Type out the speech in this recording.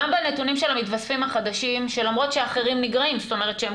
לא, הנקודה ברורה.